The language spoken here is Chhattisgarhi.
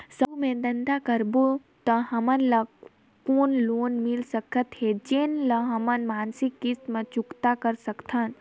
समूह मे धंधा करबो त हमन ल कौन लोन मिल सकत हे, जेन ल हमन मासिक किस्त मे चुकता कर सकथन?